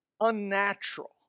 unnatural